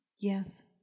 Yes